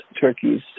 turkeys